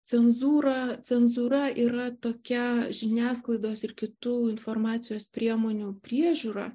cenzūra cenzūra yra tokia žiniasklaidos ir kitų informacijos priemonių priežiūra